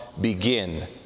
begin